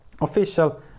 official